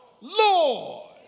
Lord